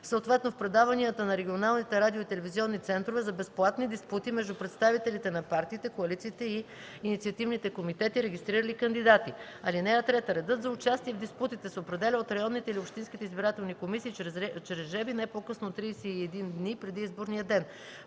съответно в предаванията на регионалните радио- и телевизионни центрове за безплатни диспути между представителите на партиите, коалициите и инициативните комитети, регистрирали кандидати. (3) Редът за участие в диспутите се определя от районните или общинските избирателни комисии чрез жребий не по-късно от 31 дни преди изборния ден.